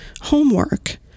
homework